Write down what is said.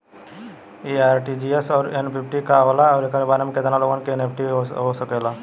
इ आर.टी.जी.एस और एन.ई.एफ.टी का होला और एक बार में केतना लोगन के एन.ई.एफ.टी हो सकेला?